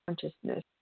consciousness